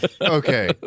Okay